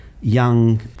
young